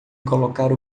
colocar